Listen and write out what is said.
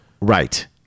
Right